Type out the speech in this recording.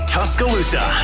Tuscaloosa